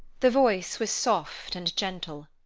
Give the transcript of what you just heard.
the voice was soft and gentle.